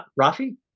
Rafi